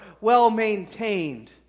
well-maintained